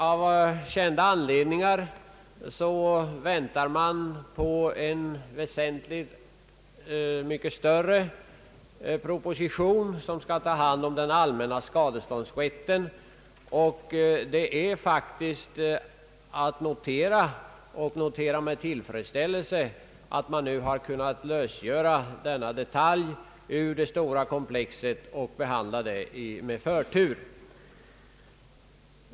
Av kända anledningar väntar vi på en väsentligt större proposition som skall behandla den allmänna skadeståndsrätten, och det är att notera med tillfredsställelse att man nu har kunnat lösgöra denna detalj ur det stora komplexet och behandla den med förtur.